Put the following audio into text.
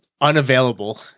unavailable